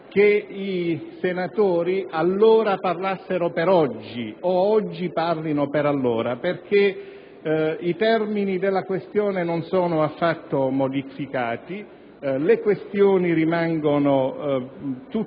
che i senatori allora parlassero per oggi, o che oggi parlino per allora, perché i termini del problema non sono affatto modificati, le questioni rimangono tutte